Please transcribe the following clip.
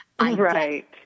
Right